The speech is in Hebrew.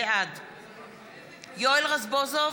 בעד יואל רזבוזוב,